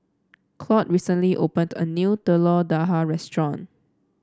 Claude recently opened a new Telur Dadah Restaurant